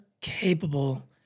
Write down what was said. capable